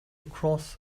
cross